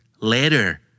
Later